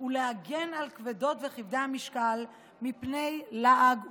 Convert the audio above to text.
ולהגן על כבדות וכבדי המשקל מפני לעג וביזוי.